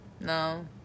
No